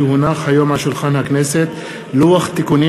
כי הונח היום על שולחן הכנסת לוח תיקונים